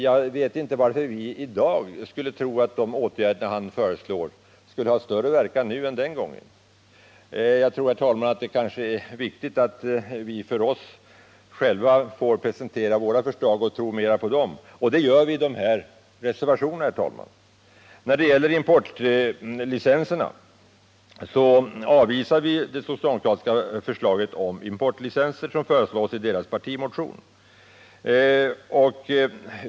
Jag vet inte vad det finns för anledning att tro att de åtgärder han nu föreslår skulle ha större verkan nu än den gången. Det är nog, herr talman, viktigt att vi presenterar våra egna förslag och satsar på dem. Förslagen återfinns i de här reservationerna. När det gäller importlicenserna avvisar vi det förslag som finns i socialdemokraternas partimotion.